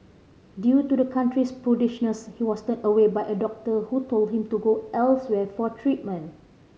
due to the country's prudishness he was turned away by a doctor who told him to go elsewhere for treatment